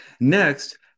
Next